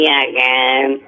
again